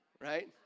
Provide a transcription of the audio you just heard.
Right